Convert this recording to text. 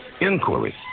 Inquiry